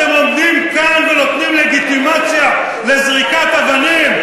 אתם עומדים כאן ונותנים לגיטימציה לזריקת אבנים,